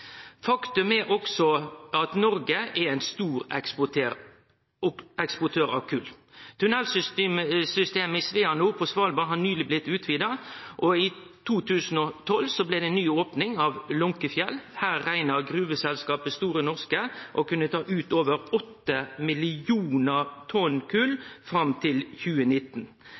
Faktum er også at Noreg er ein storeksportør av kol. Tunnelsystemet i Svea Nord på Svalbard har nyleg blitt utvida. I 2012 fekk ein ei ny opning – Lunckefjell. Her reknar gruveselskapet Store Norske å kunne ta ut over 8 millionar tonn kol fram til 2019.